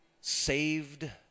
saved